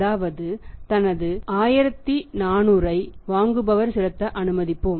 அதாவது தனது 1400 ஐ வாங்குபவர் செலுத்த அனுமதிப்போம்